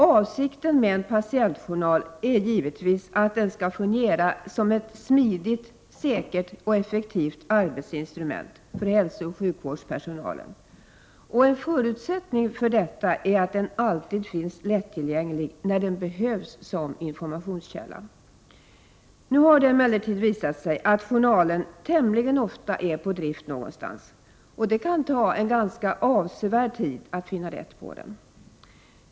Avsikten med en patientjournal är givetvis att den skall fungera som ett smidigt, säkert och effektivt arbetsinstrument för hälsooch sjukvårdspersonalen, och en förutsättning för detta är att den alltid finns lättillgänglig när den behövs som informationskälla. Nu har det emellertid visat sig att journalen tämligen ofta är på drift någonstans, och det kan ta en ganska avsevärd tid att finna rätt på den.